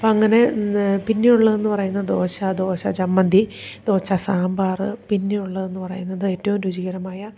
അപ്പോൾ അങ്ങനെ പിന്നെയുള്ളതെന്നു പറയുന്നത് ദോശ ദോശ ചമ്മന്തി ദോശ സാമ്പാർ പിന്നെയുള്ളതെന്നു പറയുന്നത് ഏറ്റവും രുചികരമായ